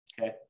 okay